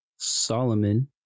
Solomon